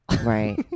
Right